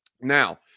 Now